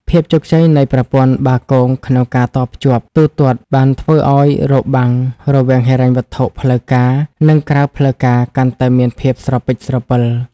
ភាពជោគជ័យនៃប្រព័ន្ធបាគងក្នុងការតភ្ជាប់ទូទាត់ បានធ្វើឱ្យ "របាំង" រវាងហិរញ្ញវត្ថុផ្លូវការ និងក្រៅផ្លូវការកាន់តែមានភាពស្រពិចស្រពិល។